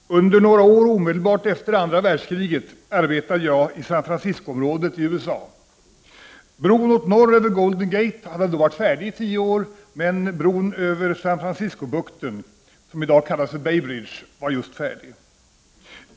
Herr talman! Under några år omedelbart efter andra världskriget arbetade jag i San Franciscoområdet i USA. Bron åt norr över Golden Gate hade då varit färdig i tio år, men bron åt San Franciscobukten, som i dag kallas Bay Bridge, var just färdig.